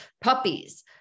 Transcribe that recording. puppies